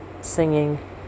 singing